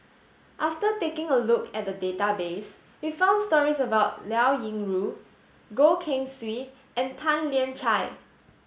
after taking a look at the database we found stories about Liao Yingru Goh Keng Swee and Tan Lian Chye